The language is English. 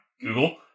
Google